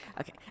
Okay